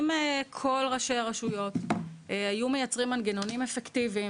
אם כול ראשי הרשויות היו מייצרים מנגנונים אפקטיביים